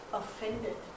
offended